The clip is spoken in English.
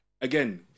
again